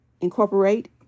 incorporate